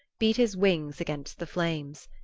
beat his wings against the flames.